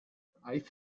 aeth